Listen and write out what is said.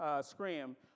scream